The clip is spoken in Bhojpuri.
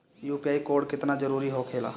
यू.पी.आई कोड केतना जरुरी होखेला?